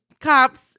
cops